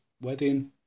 wedding